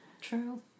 True